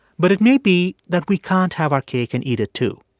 but it may be that we can't have our cake and eat it, too.